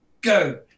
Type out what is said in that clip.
Go